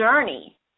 journey